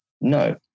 No